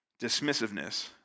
dismissiveness